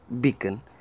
beacon